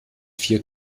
vier